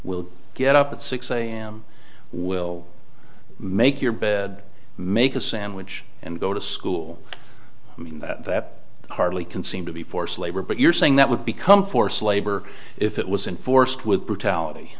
will get up at six am we'll make your bed make a sandwich and go to school i mean that hardly can seem to be forced labor but you're saying that would become force labor if it was in forced with brutality